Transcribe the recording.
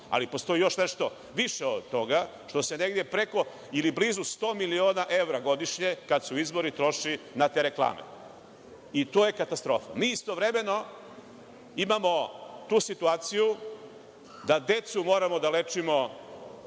Ali, postoji još nešto više od toga, što se negde preko ili blizu sto miliona evra godišnje, kada su izbori troši na te reklame. I to je katastrofa. Mi istovremeno imamo tu situaciju da decu moramo da lečimo